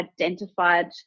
identified